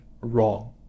wrong